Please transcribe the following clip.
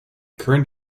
current